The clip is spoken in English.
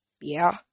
yeah